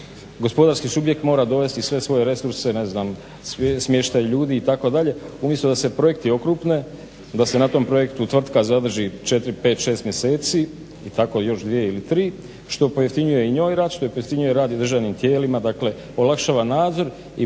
gospodarski subjekt mora dovesti sve svoje resurse, smještaj ljudi itd. Umjesto da se projekti okrupne, da se na tom projektu tvrtka zadrži 4, 5, 6 mjeseci i tako još 2 ili 3 što pojeftinjuje i njoj rad, što pojeftinjuje rad i državnim tijelima, dakle olakšava nadzor i